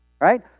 right